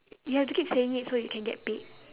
you have to keep saying it so you can get paid